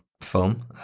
film